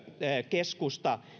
keskusta